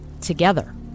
together